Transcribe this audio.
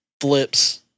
flips